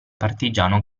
partigiano